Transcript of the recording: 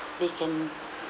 they can